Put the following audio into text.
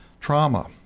trauma